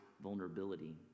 vulnerability